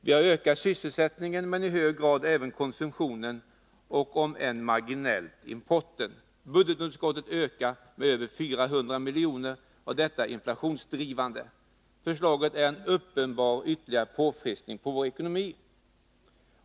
Vi har ökat sysselsättningen, men i hög grad även konsumtionen och, om än marginellt, importen. Budgetunderskottet ökar med över 400 miljoner, och detta är inflationsdrivande. Förslaget innebär en uppenbar ytterligare påfrestning på vår ekonomi.